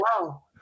wow